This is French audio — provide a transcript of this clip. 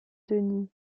denis